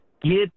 get